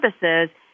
services